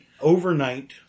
overnight